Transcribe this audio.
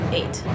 eight